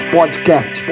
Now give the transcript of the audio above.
Podcast